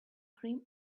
cream